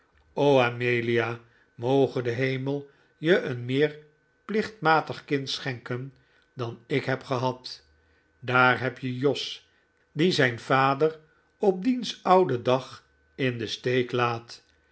amelia moge de hemel je een meer plichtmatig kind schenken dan ik heb gehad daar heb je jos die zijn vader op diens ouden dag in den steek laat